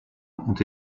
ont